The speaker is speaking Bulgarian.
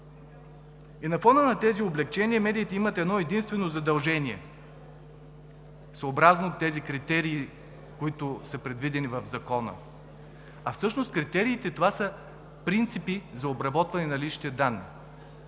На фона на тези облекчения медиите имат едно единствено задължение съобразно тези критерии, които са предвидени в Закона. А всъщност критериите са принципи за обработване на личните данни.